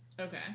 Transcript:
Okay